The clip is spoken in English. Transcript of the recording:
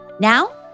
Now